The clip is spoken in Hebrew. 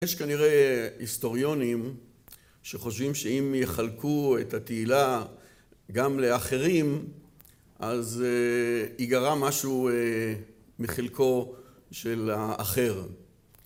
יש כנראה היסטוריונים שחושבים שאם יחלקו את התהילה גם לאחרים אז ייגרע משהו מחלקו של האחר.